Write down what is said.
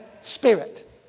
spirit